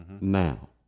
now